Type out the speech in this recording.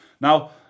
Now